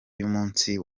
y’umunsi